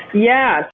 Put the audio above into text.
yeah,